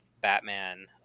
Batman